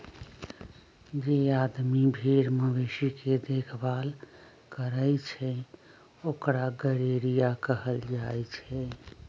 जे आदमी भेर मवेशी के देखभाल करई छई ओकरा गरेड़िया कहल जाई छई